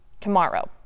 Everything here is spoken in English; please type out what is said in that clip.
tomorrow